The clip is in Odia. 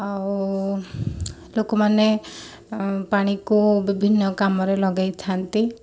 ଆଉ ଲୋକମାନେ ପାଣିକୁ ବିଭିନ୍ନ କାମରେ ଲଗାଇଥାନ୍ତି